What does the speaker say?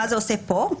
מה זה עושה פה.